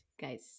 guys